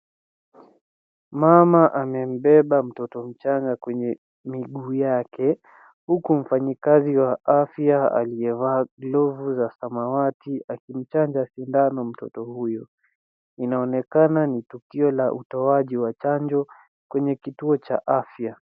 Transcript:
Mama amembeba mtoto mchanga kwenye miguu yake huku mfanyikazi wa afya aliyevaa glovu za samawati akimchanja sindano mtoto huyo. Inaonekana ni tukio la utoaji wa chanjo kwenye kituo cha afya